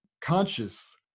conscious